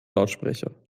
lautsprecher